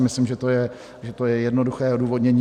Myslím si, že je to jednoduché odůvodnění.